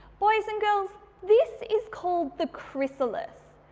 boys and girls this is called the chrysalis,